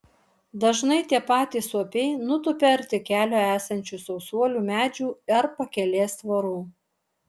dažnai tie patys suopiai nutupia arti kelio esančių sausuolių medžių ar pakelės tvorų